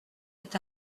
est